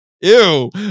Ew